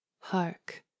hark